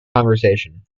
conversation